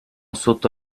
sotto